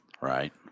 Right